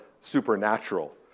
supernatural